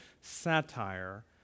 satire